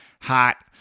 hot